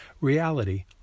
reality